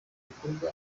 bikorwa